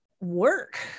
work